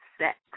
sex